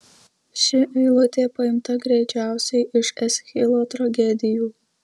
ši eilutė paimta greičiausiai iš eschilo tragedijų